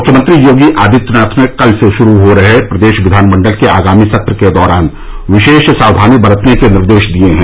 मुख्यमंत्री योगी आदित्यनाथ ने कल से शुरू हो रहे प्रदेश विधानमंडल के आगामी सत्र के दौरान विशेष सावधानी बरतने के निर्देश दिये हैं